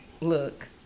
Look